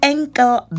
Ankle